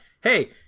hey